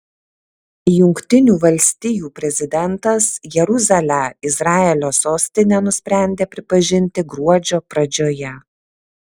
jungtinių valstijų prezidentas jeruzalę izraelio sostine nusprendė pripažinti gruodžio pradžioje